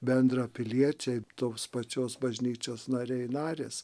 bendrapiliečiai tos pačios bažnyčios nariai narės